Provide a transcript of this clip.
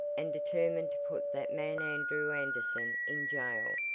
and determined to put that man andrew anderson in jail.